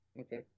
Okay